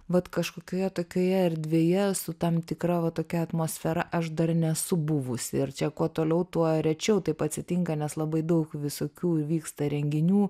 vat kažkokioje tokioje erdvėje su tam tikra va tokia atmosfera aš dar nesu buvusi ir čia kuo toliau tuo rečiau taip atsitinka nes labai daug visokių įvyksta renginių